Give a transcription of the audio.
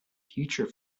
future